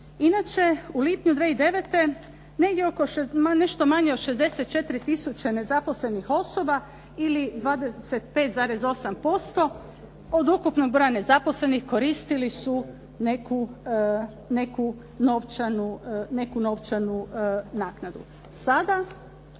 Inače u lipnju 2009. ma nešto manje od 64 tisuće nezaposlenih osoba ili 25,8% od ukupnog broja nezaposlenih koristili su neku novčanu naknadu. Sada